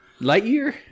Lightyear